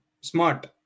smart